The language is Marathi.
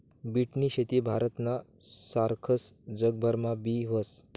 बीटनी शेती भारतना सारखस जगभरमा बी व्हस